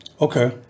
Okay